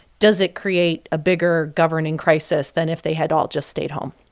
does it create a bigger governing crisis than if they had all just stayed home?